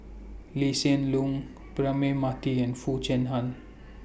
Lee Hsien Loong Braema Mathi and Foo Chee Han